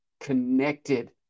connected